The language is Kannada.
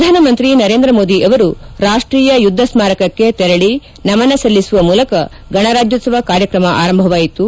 ಪ್ರಧಾನ ಮಂತ್ರಿ ನರೇಂದ್ರ ಮೋದಿ ಅವರು ರಾಷ್ಟೀಯ ಯುದ್ಧ ಸ್ಮಾರಕಕ್ಕೆ ತೆರಳಿ ನಮನ ಸಲ್ಲಿಸುವ ಮೂಲಕ ಗಣರಾಜ್ಯೋತ್ಸವ ಕಾರ್ಯಕ್ರಮ ಆರಂಭವಾಯಿತು